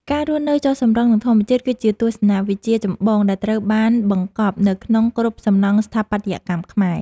ការរស់នៅចុះសម្រុងនឹងធម្មជាតិគឺជាទស្សនវិជ្ជាចម្បងដែលត្រូវបានបង្កប់នៅក្នុងគ្រប់សំណង់ស្ថាបត្យកម្មខ្មែរ។